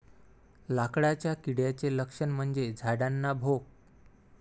लाकडाच्या किड्याचे लक्षण म्हणजे झाडांना भोक